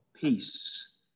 Peace